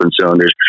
cylinders